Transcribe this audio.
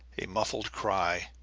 a muffled cry,